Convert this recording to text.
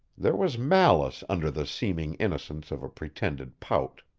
there was malice under the seeming innocence of a pretended pout.